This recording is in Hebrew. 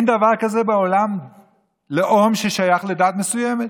אין דבר כזה בעולם לאום ששייך לדת מסוימת.